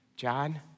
John